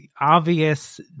obvious